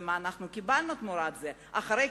ומה קיבלנו תמורת זה, אחרי,